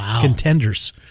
contenders